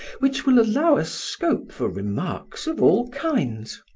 which will allow us scope for remarks of all kinds.